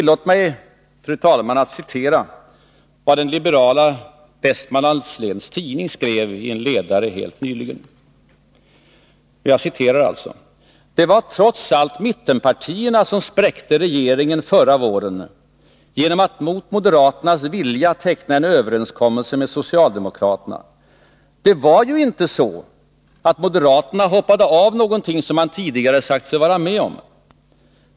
Låt mig, fru talman, citera vad den liberala Västmanlands läns tidning skrev i en ledare helt nyligen: ”Det var trots allt mittenpartierna som spräckte regeringen förra våren genom att mot moderaternas vilja teckna en överenskommelse med socialdemokraterna. Det var ju inte så att moderaterna hoppade av någonting man tidigare sagt sig vara med på.